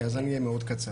אז אני אהיה מאוד קצר.